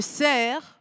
sert